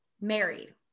married